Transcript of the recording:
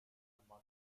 manchmal